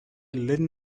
letting